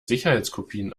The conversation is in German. sicherheitskopien